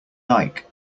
like